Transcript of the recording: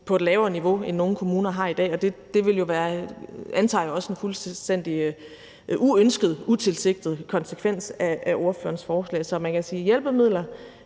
på et lavere niveau, end nogle kommuner har i dag, og det ville jo være, antager jeg, en fuldstændig uønsket, utilsigtet konsekvens af ordførerens forslag. Så man kan sige, at hjælpemidler